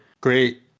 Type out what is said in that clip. great